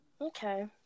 Okay